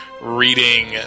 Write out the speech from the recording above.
reading